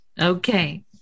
Okay